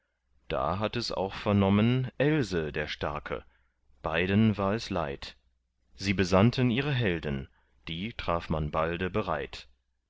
da hatt es auch vernommen else der starke beiden war es leid sie besandten ihre helden die traf man balde bereit